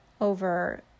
over